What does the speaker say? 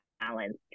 balance